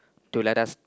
to let us